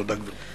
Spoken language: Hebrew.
תודה, גברתי.